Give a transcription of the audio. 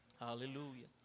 Hallelujah